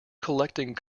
collecting